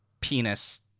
penis